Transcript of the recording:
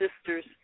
sisters